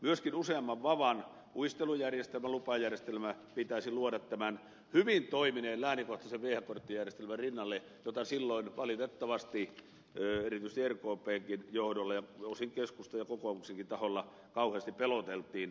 myöskin useamman vavan uistelujärjestelmän lupajärjestelmä pitäisi luoda tämän hyvin toimineen läänikohtaisen viehekorttijärjestelmän rinnalle jonka seuraamuksilla silloin valitettavasti erityisesti rkpnkin johdolla ja osin keskustan ja kokoomuksenkin taholla kauheasti peloteltiin